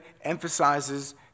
emphasizes